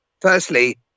firstly